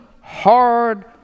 hard